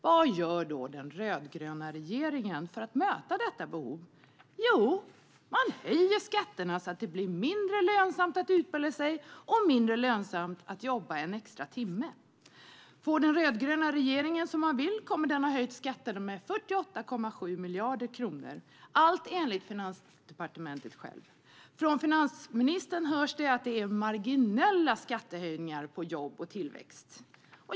Vad gör då den rödgröna regeringen för att möta detta behov? Jo, man höjer skatterna så att det blir mindre lönsamt att utbilda sig och mindre lönsamt att jobba en extra timme. Får den rödgröna regeringen som den vill kommer den att ha höjt skatterna med 48,7 miljarder kronor, allt enligt Finansdepartementet. Från finansministern hörs det att det är marginella skattehöjningar på jobb och tillväxt.